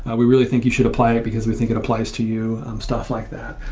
and we really think you should apply it because we think it applies to you, stuff like that.